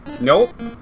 Nope